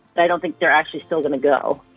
but i don't think they're actually still going to go